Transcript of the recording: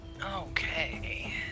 Okay